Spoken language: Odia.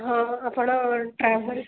ହଁ ଆପଣ ଟ୍ରାଭେଲ୍ସ